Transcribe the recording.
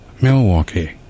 Milwaukee